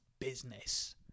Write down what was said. business